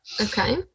Okay